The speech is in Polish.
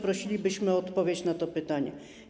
Prosilibyśmy o odpowiedź na to pytanie.